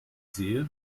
sehe